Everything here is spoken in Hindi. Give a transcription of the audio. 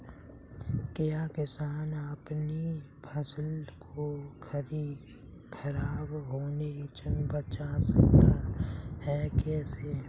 क्या किसान अपनी फसल को खराब होने बचा सकते हैं कैसे?